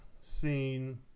scene